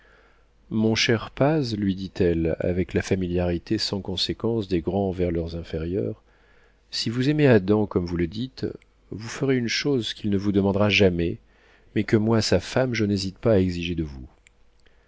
mon cher paz lui dit-elle avec la familiarité sans conséquence des grands envers leurs inférieurs si vous aimez adam comme vous le dites vous ferez une chose qu'il ne vous demandera jamais mais que moi sa femme je n'hésite pas à exiger de vous